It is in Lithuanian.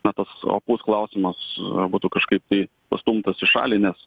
na tas opus klausimas būtų kažkaip tai pastumtas į šalį nes